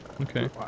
Okay